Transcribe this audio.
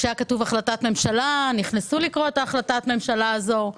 וכשהיה כתוב "החלטת ממשלה" נכנס לקרוא את החלטת הממשלה הזו.